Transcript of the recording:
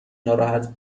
ناراحت